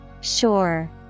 Sure